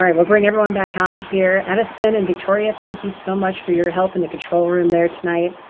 um we'll bring everyone back on here. addison and victoria thank you so much for your help in the control room there tonight.